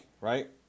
right